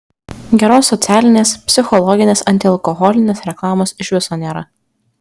geros socialinės psichologinės antialkoholinės reklamos iš viso nėra